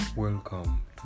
Welcome